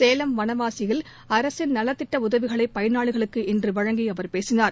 சேலம் வனவாசியில் அரசின் நலத்திட்டஉதவிகளைபயனாளிகளுக்கு இன்றுவழங்கிஅவர் பேசினார்